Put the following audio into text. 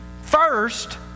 first